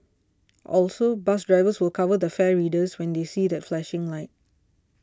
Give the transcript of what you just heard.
also bus drivers will cover the fare readers when they see that flashing light